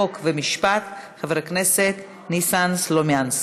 חוק ומשפט חבר הכנסת ניסן סלומינסקי.